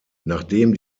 nachdem